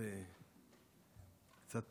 אני קצת